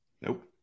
Nope